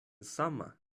summer